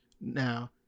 Now